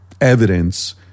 evidence